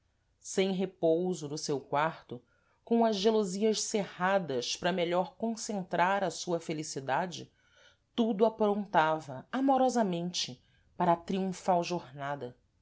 sem repouso no seu quarto com as gelosias cerradas para melhor concentrar a sua felicidade tudo aprontava amorosamente para a triunfal jornada